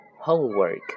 Homework